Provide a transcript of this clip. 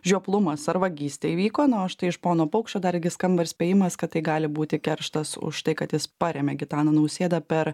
žioplumas ar vagystė įvyko na o štai iš pono paukščio dargi skamba ir spėjimas kad tai gali būti kerštas už tai kad jis parėmė gitaną nausėdą per